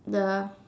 the